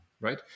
right